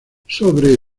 sobre